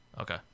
Okay